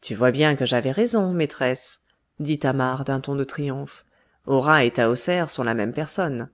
tu vois bien que j'avais raison maîtresse dit thamar d'un ton de triomphe hora et tahoser sont la même personne